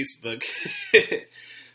Facebook